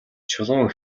чулуун